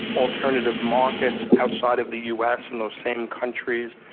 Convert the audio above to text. alternative markets outside of the us in those same countries,